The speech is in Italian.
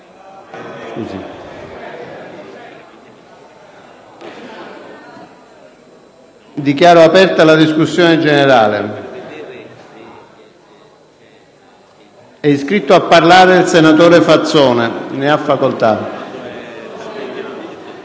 Dichiaro aperta la discussione generale. È iscritto a parlare il senatore Fazzone. Ne ha facoltà.